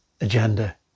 agenda